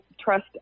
trust